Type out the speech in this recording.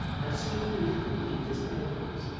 and screwed into the acutest angles,